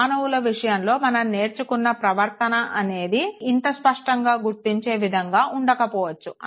మానవుల విషయంలో మనం నేర్చుకున్న ప్రవర్తన అనేది ఇంత స్పష్టంగా గుర్తించే విధంగా ఉండకపోవచ్చు